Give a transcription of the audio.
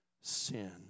sin